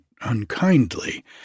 unkindly